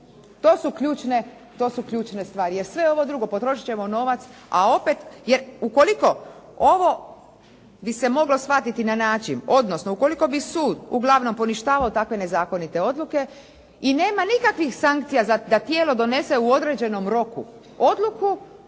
To su ključne stvari. Jer sve ovo drugo, potrošit ćemo novac, a opet, jer ukoliko ovo bi se moglo shvatiti na način, odnosno ukoliko bi sud uglavnom poništavao takve nezakonite odluke i nema nikakvih sankcija da tijelo donese u određenom roku odluku,